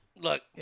Look